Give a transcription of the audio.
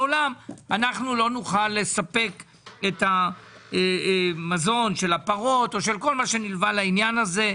בעולם לא נוכל לספק את המזון של הפרות או של כל מה שנלווה לעניין הזה.